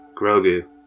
Grogu